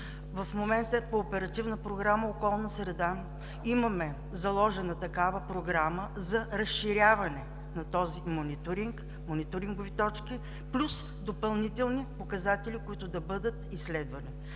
В момента по Оперативна програма „Околна среда“ имаме заложена такава програма за разширяване на този мониторинг, мониторингови точки, плюс допълнителни показатели, които да бъдат изследвани.